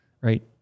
right